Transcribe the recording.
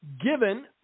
given